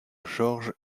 georges